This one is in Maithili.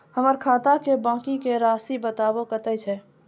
हमर खाता के बाँकी के रासि बताबो कतेय छै?